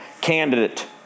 candidate